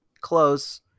close –